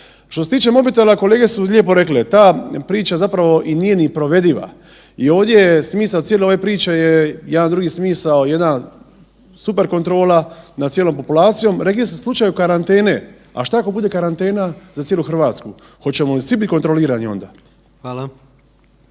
Što se tiče mobitela, kolege su lijepo rekle, ta priča zapravo i nije ni provediva i ovdje je smisao cijele priče je jedan drugi smisao, jedan superkontrola nad cijelom populacijom, rekli ste u slučaju karantene, a šta ako bude karantena za cijelu Hrvatsku, hoćemo li svi biti kontrolirani onda.